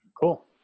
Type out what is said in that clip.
Cool